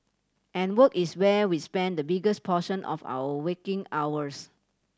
and work is where we spend the biggest portion of our waking hours